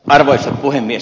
arvoisa puhemies